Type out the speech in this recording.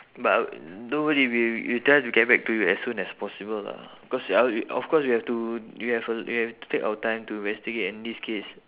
but don't worry we'll we'll try to get back to you as soon as possible lah cause ah we of course we have to we have uh we have to take our time to investigate in this case